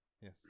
Yes